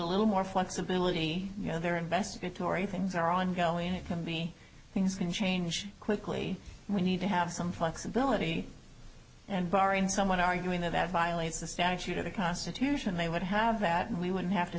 little more flexibility you know there investigatory things are ongoing it can be things can change quickly and we need to have some flexibility and barring some one arguing that violates the statute or the constitution they would have that and we wouldn't have to